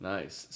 Nice